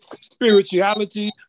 spirituality